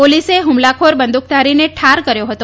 પોલીસે હ્મલાખોર બંદ્રકધારીને ઠાર કર્યો હતો